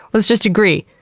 let's just agree,